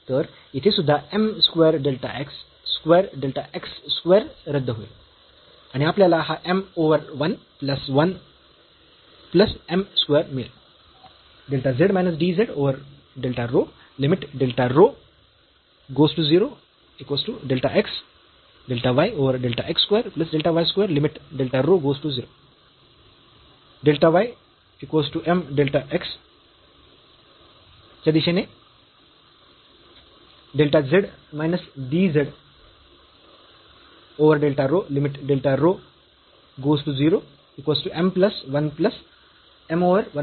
तर येथे आपल्याला सहजपणे मिळेल जेव्हा आपण डेल्टा y बरोबर m डेल्टा x ठेवले तर येथे सुध्दा m square delta x square delta x square रद्द होईल आणि आपल्याला हा m over 1 plus m square मिळेल